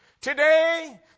Today